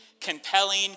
compelling